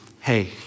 Hey